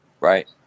Right